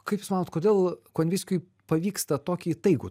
kaip jūs manot kodėl konvickiui pavyksta tokį įtaigų